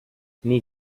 nii